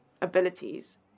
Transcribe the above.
abilities